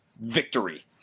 victory